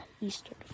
Eastern